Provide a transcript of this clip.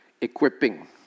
equipping